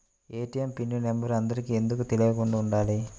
ATM pin number అందరికి ఎందుకు తెలియకుండా ఉండాలి?